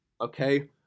okay